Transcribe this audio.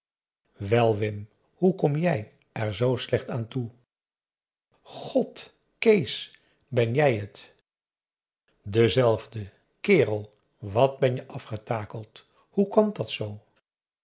wel wim hoe kom jij er zoo slecht aan toe god kees ben jij het dezelfde kerel wat ben je afgetakeld hoe komt dàt zoo